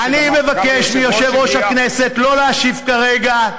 אני מבקש מיושב-ראש הכנסת לא להשיב כרגע.